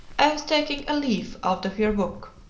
i was taking a leaf out of your book.